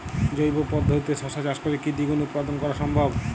জৈব পদ্ধতিতে শশা চাষ করে কি দ্বিগুণ উৎপাদন করা সম্ভব?